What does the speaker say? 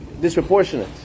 disproportionate